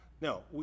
No